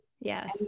Yes